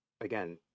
again